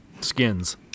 skins